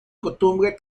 costumbres